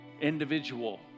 individual